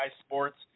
sports